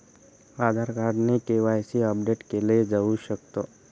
आधार card ने KYC update केल जाऊ शकत